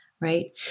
Right